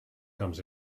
comes